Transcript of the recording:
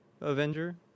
Avenger